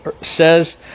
says